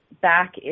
back